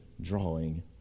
drawing